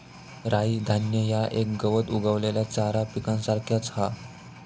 राई धान्य ह्या एक गवत उगवलेल्या चारा पिकासारख्याच हा